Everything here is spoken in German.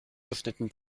geschnitten